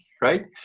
right